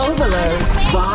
Overload